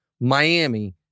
Miami